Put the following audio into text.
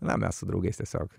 na mes su draugais tiesiog